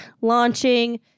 launching